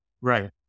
Right